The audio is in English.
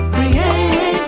Create